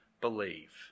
believe